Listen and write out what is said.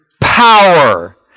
power